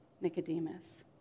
Nicodemus